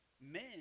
Men